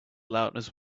loudness